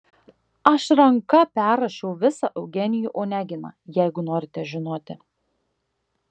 aš ranka perrašiau visą eugenijų oneginą jeigu norite žinoti